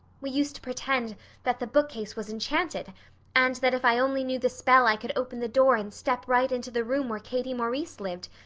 we used to pretend that the bookcase was enchanted and that if i only knew the spell i could open the door and step right into the room where katie maurice lived,